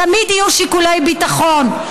תמיד יהיו שיקולי ביטחון.